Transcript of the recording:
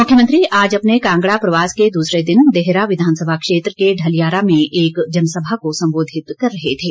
मुख्यमंत्री आज अपने कांगड़ा प्रवास के दूसरे दिन देहरा विधानसभा क्षेत्र के ढलियारा में एक जनसभा को संबोधित कर रहे थे